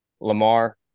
Lamar